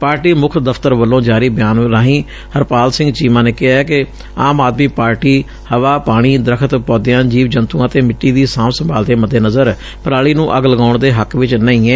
party ਮੁੱਖ ਦਫ਼ਤਰ ਵੱਲੋ ਜਾਰੀ ਬਿਆਨ ਰਾਹੀ ਹਰਪਾਲ ਸਿੰਘ ਚੀਮਾ ਨੇ ਕਿਹੈ ਕਿ ਆਮ ਆਦਮੀ ਪਾਰਟੀ ਹਵਾ ਪਾਣੀ ਦਰਖ਼ਤ ਪੌਦਿਆਂ ਜੀਵ ਜੰਤੁਆਂ ਅਤੇ ਸਿੱਟੀ ਦੀ ਸਾਂਭ ਸੰਭਾਲ ਦੇ ਮੱਦੇਨਜ਼ਰ ਪਰਾਲੀ ਨੂੰ ਅੱਗ ਲਗਾਉਣ ਦੇ ਹੱਕ ਵਿੱਚ ਨਹੀ ਏ